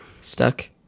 Stuck